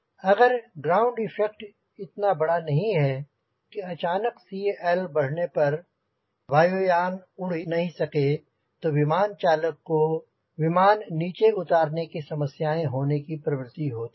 अगर ground effect इतना बड़ा नहीं है कि अचानक CL बढ़ने पर वायुयान उड़ नहीं सके तो विमान चालक को विमान नीचे उतारने में समस्याएंँ होने की प्रवृत्ति होती हैं